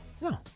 No